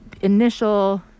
initial